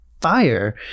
fire